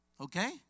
okay